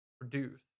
produce